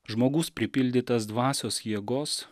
žmogus pripildytas dvasios jėgos